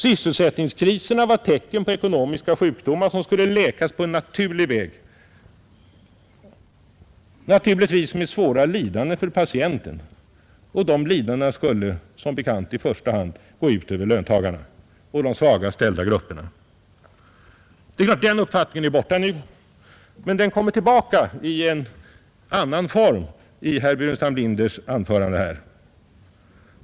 Sysselsättningskriserna var tecken på ekonomiska sjukdomar, som skulle läkas på naturlig väg, självfallet med svåra lidanden för patienten. Och de lidandena skulle i första hand gå ut över löntagarna och de svagast ställda grupperna. Denna uppfattning har självfallet nu försvunnit, men den kommer tillbaka i en annan form i herr Burenstam Linders anförande här.